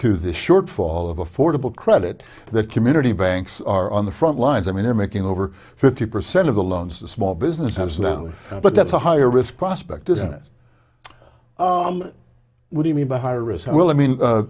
to this shortfall of affordable credit that community banks are on the front lines i mean they're making over fifty percent of the loans to small businesses now but that's a higher risk prospect isn't it when you mean by higher risk i will i mean